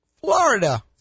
Florida